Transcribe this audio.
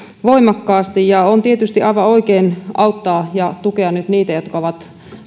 voimakkaasti ja on tietysti aivan oikein auttaa ja tukea nyt niitä jotka ovat